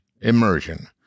Immersion